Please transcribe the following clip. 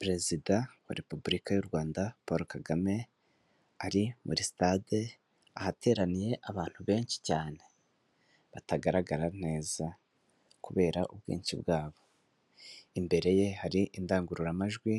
Perezida wa repubulika y'u Rwanda Paul KAGAME ari muri stade, ahateraniye abantu benshi cyane batagaragara neza kubera ubwinshi bwabo, imbere ye hari indangururamajwi